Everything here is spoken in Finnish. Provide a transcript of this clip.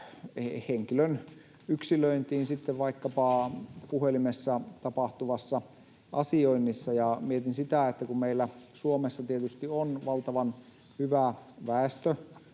henkilön yksilöintiin vaikkapa puhelimessa tapahtuvassa asioinnissa. Mietin sitä, että meillä Suomessa tietysti on valtavan hyvä